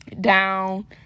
down